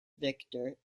victor